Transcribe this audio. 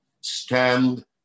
stand